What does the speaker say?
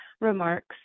remarks